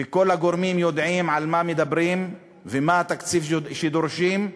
וכל הגורמים יודעים על מה מדברים ומה התקציב שדורשים,